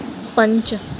पंच